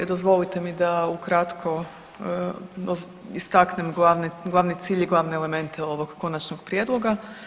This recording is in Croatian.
Dozvolite mi da ukratko istakne glavni cilj i glavne elemente ovog konačnog prijedloga.